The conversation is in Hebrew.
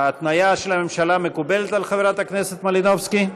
ההתניה של הממשלה מקובלת על חברת הכנסת מלינובסקי?